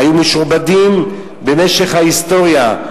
היו משועבדים במשך ההיסטוריה,